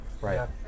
right